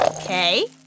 Okay